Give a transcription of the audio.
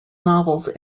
novels